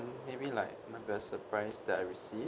maybe like my best surprise that I received